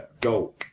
go